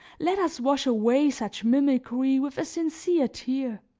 let us wash away such mimicry with a sincere tear